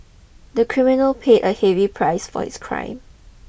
the criminal paid a heavy price for his crime